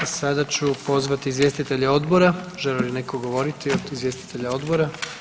A sada ću pozvati izvjestitelje odbora, želi li neko govoriti od izvjestitelja odbora?